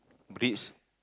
bridge